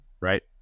right